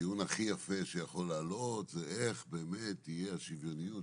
והטיעון הכי יפה שיכול לעלות זה איך באמת תהיה השוויוניות,